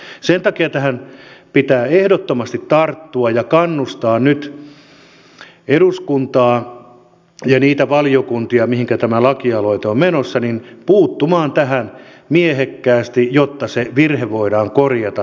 sen takia tähän pitää ehdottomasti tarttua ja kannustaa nyt eduskuntaa ja niitä valiokuntia mihinkä tämä lakialoite on menossa puuttumaan tähän miehekkäästi jotta se virhe joka on tehty voidaan korjata